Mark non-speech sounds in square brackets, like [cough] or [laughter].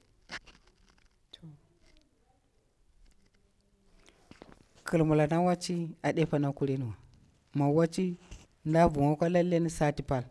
[noise] Kil mwala na waci a ɗe pa na kulinwa, mi waci nɗa vunga akwa lalleni sati pal,